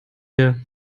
hier